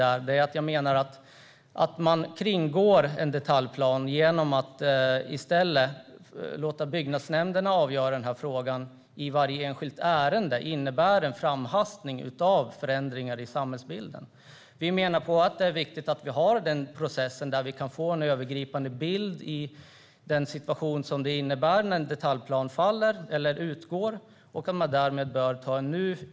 Men jag menar att man kringgår en detaljplan genom att i stället låta byggnadsnämnderna avgöra frågan i varje enskilt ärende. Det innebär ett framhastande av förändringar i samhällsbilden. Vi menar att den processen är viktig. Där kan man få en övergripande bild av situationen när en detaljplan faller eller utgår och man därmed bör anta en ny.